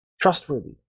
trustworthy